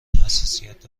حساسیت